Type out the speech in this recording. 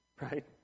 right